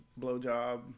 Blowjob